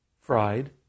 Fried